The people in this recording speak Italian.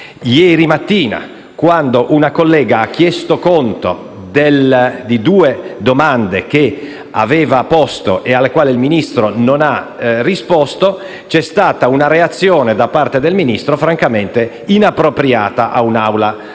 Ieri mattina, quando una collega ha chiesto conto di due domande che aveva posto e alle quali il Ministro non ha risposto, c'è stata da parte del Ministro una reazione francamente inappropriata ad un'Aula parlamentare,